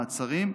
מעצרים),